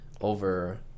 over